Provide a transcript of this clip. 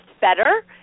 better